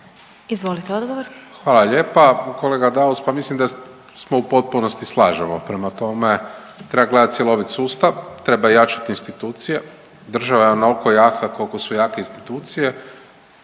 Marko (HDZ)** Hvala lijepa kolega Daus. Pa mislim da smo u potpunosti slažemo, prema tome, treba gledati cjeloviti sustav, treba jačati institucije, država je onoliko jaka koliko su jake institucije,